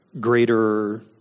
greater